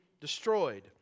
destroyed